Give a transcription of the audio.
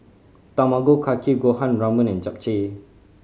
Tamago Kake Gohan Ramen and Japchae